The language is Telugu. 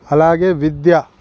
అలాగే విద్య